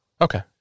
Okay